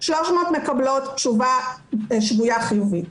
300 מקבלות תשובה שגויה חיובית.